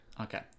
Okay